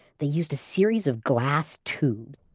they used a series of glass tubes.